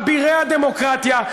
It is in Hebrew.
אבירי הדמוקרטיה,